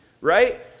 right